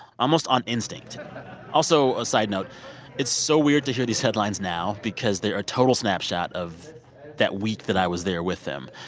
almost on instinct also a side note it's so weird to hear these headlines now because they're a total snapshot of that week that i was there with them,